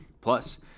Plus